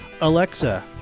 Alexa